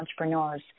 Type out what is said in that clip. entrepreneurs